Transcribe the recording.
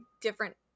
different